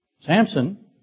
Samson